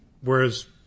whereas